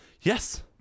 yes